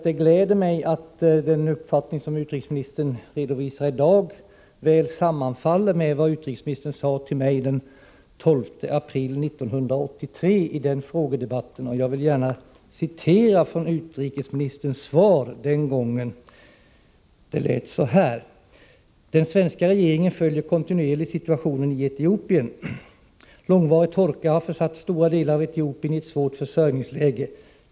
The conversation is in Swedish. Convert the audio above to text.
Det gläder mig att den uppfattning som utrikesministern redovisar i dag väl sammanfaller med vad utrikesministern sade till mig i frågedebatten den 12 april 1983. Jag vill gärna citera ur utrikesministerns svar den gången: ”Den svenska regeringen följer kontinuerligt situationen i Etiopien. Långvarig torka har försatt stora delar av Etiopien i ett svårt försörjningsläge.